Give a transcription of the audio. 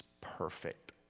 perfect